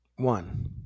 One